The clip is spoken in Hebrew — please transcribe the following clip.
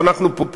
אבל אנחנו פה.